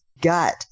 gut